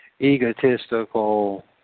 egotistical